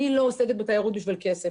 ואני לא עוסקת בתיירות בשביל כסף